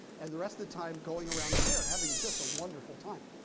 and the rest of the time going around the fair, having just a wonderful time.